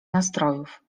nastrojów